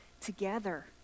together